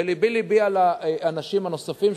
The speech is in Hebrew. ולבי לבי על האנשים הנוספים,